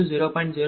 0060